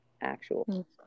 actual